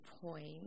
point